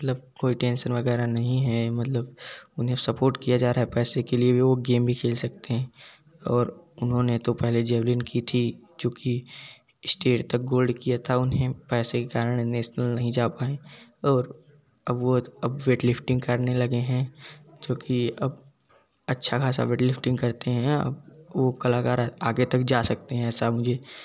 मतलब कोई टेंशन वगैरह नहीं है मतलब उन्हें सपोर्ट किया जा रहा है पैसे के लिए भी वो गेम भी खेल सकते हैं और उन्होंने तो पहले जेवलिन की थी चुकी स्टेट तक गोल्ड किया था उन्हें पैसे के कारण नेसनल नहीं जा पाए और अब वो अब वेट लिफ्टिंग करने लगे हैं जो की अब अच्छा खासा वेट लिफ्टिंग करते है अब वो कलाकार आगे तक जा सकते है ऐसा मुझे